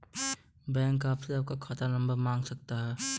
bank आपसे आपका खाता नंबर मांग सकता है